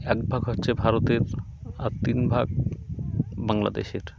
এক ভাগ হচ্ছে ভারতের আর তিন ভাগ বাংলাদেশের